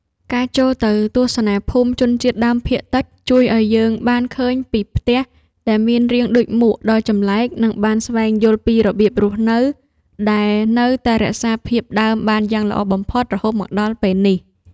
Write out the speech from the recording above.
ការចូលទៅទស្សនាភូមិជនជាតិដើមភាគតិចជួយឱ្យយើងបានឃើញពីផ្ទះដែលមានរាងដូចមួកដ៏ចម្លែក និង បានស្វែងយល់ពីរបៀបរស់នៅដែលនៅតែរក្សាភាពដើមបានយ៉ាងល្អបំផុតរហូតមកដល់ពេលនេះ។